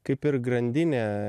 kaip ir grandinė